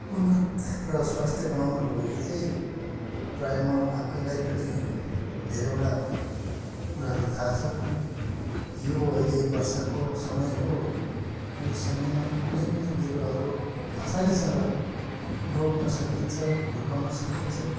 उन्नत र स्वास्थ्य बनाउनको लागि चाहिँ प्रायः म आफैलाई पनि धेरैवटा कुराहरू थाहा छ कि यो अहिले वर्षाको समय हो यो समयमा कुनै पनि बिरुवाहरू आसानीसँग रोप्न सकिन्छ हुर्काउन सकिन्छ